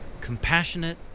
compassionate